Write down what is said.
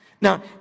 Now